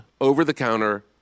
over-the-counter